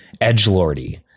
edgelordy